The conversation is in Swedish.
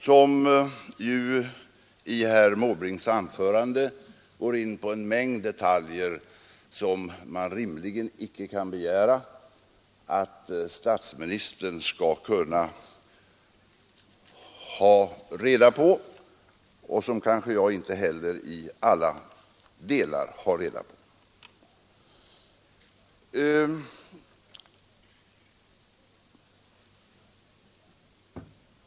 Herr Måbrink går i sitt anförande in på en mängd detaljer, som man rimligen inte kan begära att statsministern skall ha reda på — och som kanske inte heller jag i alla delar känner till.